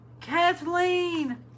Kathleen